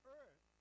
earth